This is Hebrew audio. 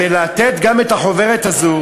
אז לתת גם את החוברת הזו,